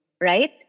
Right